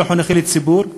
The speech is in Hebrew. לא חינוכי לציבור,